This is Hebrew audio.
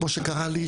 כמו שקרה לי,